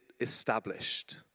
established